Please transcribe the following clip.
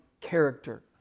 character